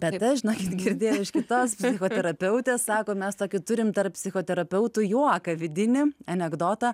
bet aš žinokit girdėjau iš kitos psichoterapeutės sako mes tokį turime tarp psichoterapeutų juoką vidinį anekdotą